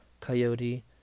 coyote